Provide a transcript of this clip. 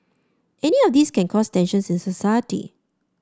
any of these can cause tensions in society